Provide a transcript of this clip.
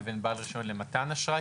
לבין בעל רישיון למתן אשראי?